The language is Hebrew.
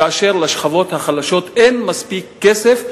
כאשר לשכבות החלשות אין מספיק כסף.